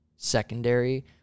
secondary